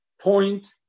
point